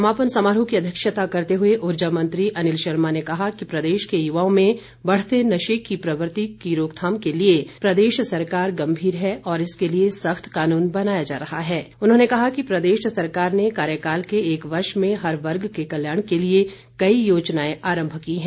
समापन समारोह की अध्यक्षता करते हुए ऊर्जा मंत्री अनिल शर्मा ने कहा कि प्रदेश के युवाओं में बढ़ते नशे की प्रवृत्ति की रोकथाम के लिए प्रदेश सरकार गंभीर है और इसके लिए सख्त कानून बनाया जा रहा है उन्होंने कहा कि प्रदेश सरकार ने कार्यकाल के एक वर्ष में हर वर्ग के कल्याण के लिए योजनाएं आरंभ की गई है